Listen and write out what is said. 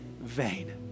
vain